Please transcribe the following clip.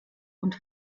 und